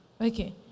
Okay